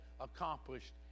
accomplished